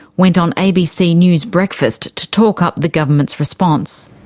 went on abc news breakfast to talk up the government's response.